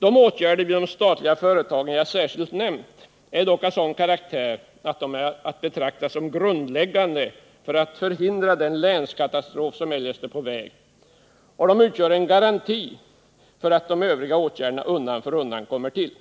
De åtgärder vid de statliga företagen som jag särskilt nämnt är dock av sådan karaktär att de är att betrakta som grundläggande för att förhindra den länskatastrof som eljest är på väg. Och de utgör en garanti för att övriga åtgärder undan för undan kommer till.